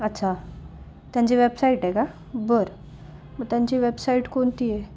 अच्छा त्यांची वेबसाईट आहे का बरं मग त्यांची वेबसाईट कोणती आहे